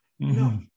No